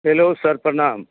hello sir प्रणाम